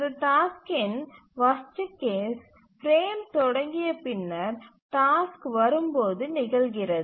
ஒரு டாஸ்க்கின் worst case frame தொடங்கிய பின்னர் டாஸ்க் வரும்போது நிகழ்கிறது